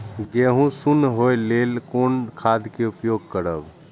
गेहूँ सुन होय लेल कोन खाद के उपयोग करब?